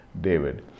David